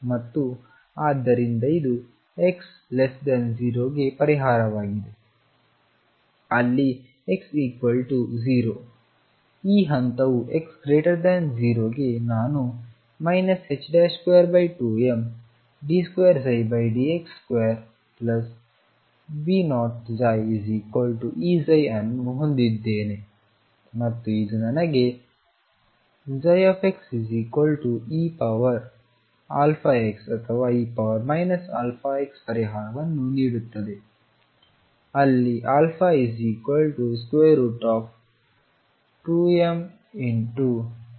ಆದ್ದರಿಂದ ಇದು x 0 ಗೆ ಪರಿಹಾರವಾಗಿದೆ ಅಲ್ಲಿ x 0 ಈ ಹಂತವು x 0 ಗೆ ನಾನು 22md2dx2V0ψEψ ಅನ್ನು ಹೊಂದಿದ್ದೇನೆ ಮತ್ತು ಇದು ನನಗೆ xeαx ಅಥವಾ e αx ಪರಿಹಾರವನ್ನು ನೀಡುತ್ತದೆ ಅಲ್ಲಿ α2mV0 E2